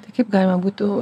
tai kaip galima būtų